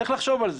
צריך לחשוב על זה,